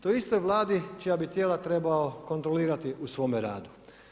Toj istoj Vladi čija bi tijela trebao kontrolirati u svome radu.